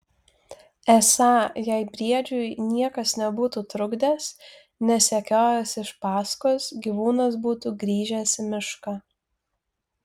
esą jei briedžiui niekas nebūtų trukdęs nesekiojęs iš paskos gyvūnas būtų grįžęs į mišką